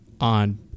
on